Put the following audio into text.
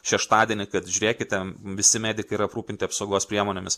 šeštadienį kad žiūrėkite visi medikai yra aprūpinti apsaugos priemonėmis